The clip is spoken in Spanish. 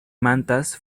mantas